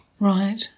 Right